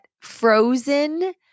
frozen